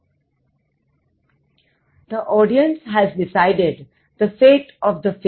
The audience has decided the fate of the film